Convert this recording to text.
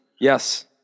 Yes